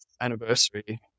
anniversary